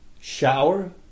shower